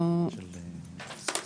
אנחנו, כידוע,